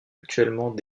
actuellement